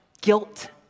guilt